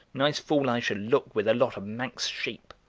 nice fool i shall look with a lot of manx sheep.